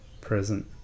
present